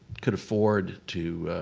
could afford to